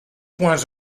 point